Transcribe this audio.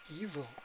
evil